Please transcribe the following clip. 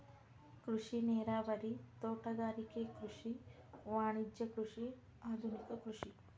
ಕೃಷಿ ನೇರಾವರಿ, ತೋಟಗಾರಿಕೆ ಕೃಷಿ, ವಾಣಿಜ್ಯ ಕೃಷಿ, ಆದುನಿಕ ಕೃಷಿ